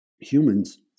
humans